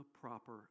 proper